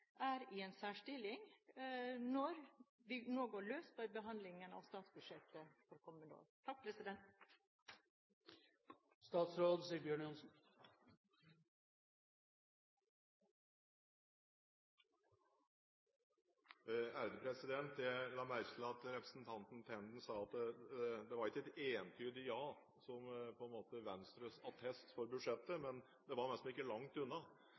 er i en særstilling når vi nå går løs på behandlingen av statsbudsjettet for kommende år. Jeg la merke til at representanten Tenden sa at det ikke var et entydig ja som var Venstres attest for budsjettet, men det var ikke langt unna,